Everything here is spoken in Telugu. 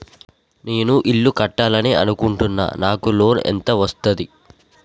నేను ఇల్లు కట్టాలి అనుకుంటున్నా? నాకు లోన్ ఎంత వస్తది?